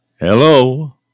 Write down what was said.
Hello